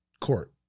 court